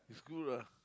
cool lah